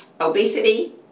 obesity